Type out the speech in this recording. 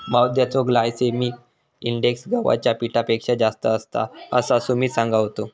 मैद्याचो glycemic index गव्हाच्या पिठापेक्षा जास्त असता, असा सुमित सांगा होतो